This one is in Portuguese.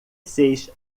seis